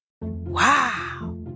Wow